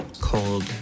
Cold